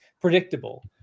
predictable